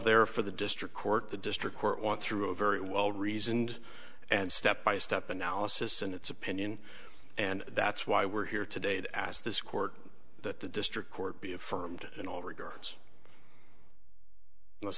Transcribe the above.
there for the district court the district court won through a very well reasoned and step by step analysis in its opinion and that's why we're here today to ask this court that the district court be affirmed in all regards